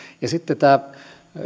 toimimaan sitten tämä